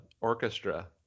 orchestra